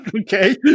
okay